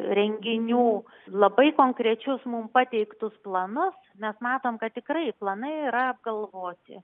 renginių labai konkrečius mum pateiktus planus mes matom kad tikrai planai yra apgalvoti